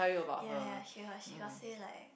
ya ya she was she got say like